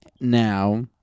Now